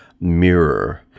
mirror